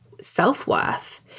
self-worth